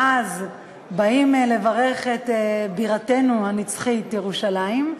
ואז באים לברך את בירתנו הנצחית, ירושלים,